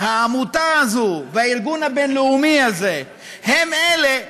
העמותה הזאת והארגון הבין-לאומי הזה הם אלה שמסבסדים,